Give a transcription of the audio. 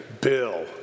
Bill